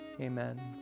Amen